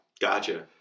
Gotcha